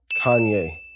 Kanye